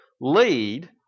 lead